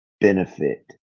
benefit